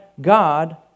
God